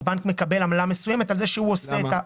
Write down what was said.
הבנק מקבל עמלה מסוימת על זה שהוא עושה את --- למה?